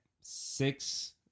six